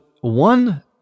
one